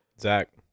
Zach